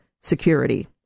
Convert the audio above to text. security